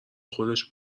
خودش